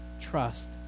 trust